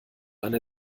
eine